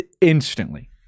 instantly